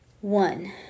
One